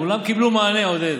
כולם קיבלו מענה, עודד.